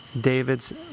David's